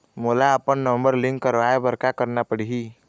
मोला अपन number link करवाये बर का करना पड़ही?